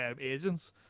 agents